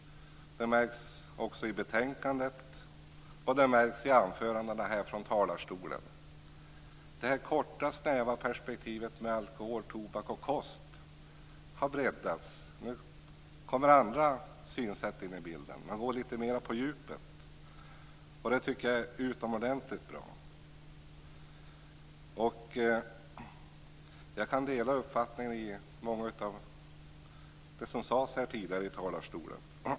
Det märks också i betänkandet och i anförandena här från talarstolen. Det korta, snäva perspektivet med alkohol, tobak och kost har breddats. Nu kommer andra synsätt in i bilden, och man går litet mer på djupet. Det tycker jag är utomordentligt bra. Jag kan dela uppfattningen i mycket av det som tidigare sades här från talarstolen.